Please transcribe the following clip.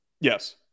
Yes